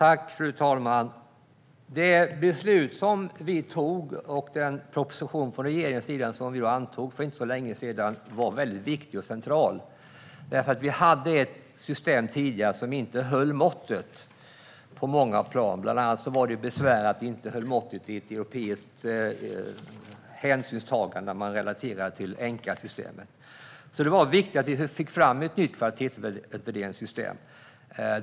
Fru talman! Det beslut vi fattade och den proposition från regeringen som antogs för inte så länge sedan är viktiga och centrala. Vi hade ett system tidigare som på många plan inte höll måttet. Bland annat var det besvärligt att Sverige inte höll måttet i europeiskt hänseende när man relaterar till det enkla systemet. Det var därför viktigt att vi fick fram ett nytt kvalitetsutvärderingssystem.